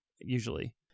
usually